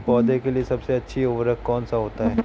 पौधे के लिए सबसे अच्छा उर्वरक कौन सा होता है?